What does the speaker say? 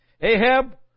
Ahab